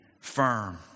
firm